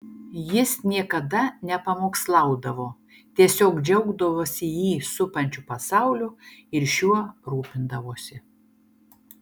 jis niekada nepamokslaudavo tiesiog džiaugdavosi jį supančiu pasauliu ir šiuo rūpindavosi